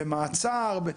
במעצר?